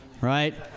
right